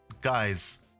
guys